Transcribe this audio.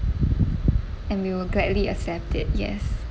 and we will gladly accept it yes